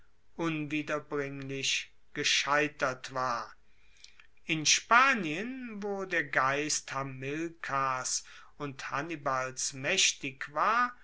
unwiederbringlich gescheitert war in spanien wo der geist hamilkars und hannibals maechtig war